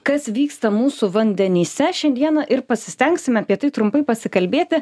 kas vyksta mūsų vandenyse šiandieną ir pasistengsime apie tai trumpai pasikalbėti